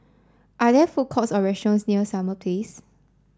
are there food courts or restaurants near Summer Place